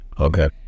okay